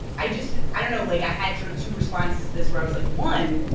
i just i don't know. like, i had sort of two responses to this, where i was like, one,